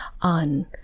on